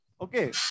Okay